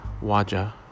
Waja